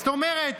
זאת אומרת,